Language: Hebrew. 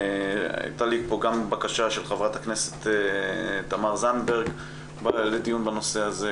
הייתה לי פה בקשה של חברת הכנסת תמר זנדברג לדיון בנושא הזה,